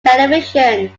television